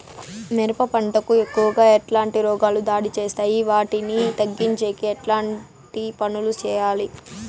మిరప పంట కు ఎక్కువగా ఎట్లాంటి రోగాలు దాడి చేస్తాయి వాటిని తగ్గించేకి ఎట్లాంటి పనులు చెయ్యాలి?